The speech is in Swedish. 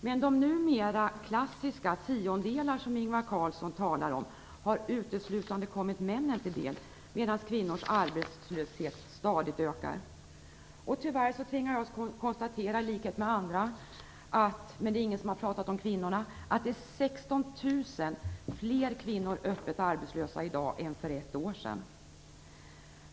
Men de numera klassiska tiondelar som Ingvar Carlsson talar om har uteslutande kommit männen till del, medan kvinnors arbetslöshet stadigt ökar. Tyvärr tvingas jag att, i likhet med andra, konstatera att det är 16 000 fler kvinnor öppet arbetslösa i dag än för ett år sedan.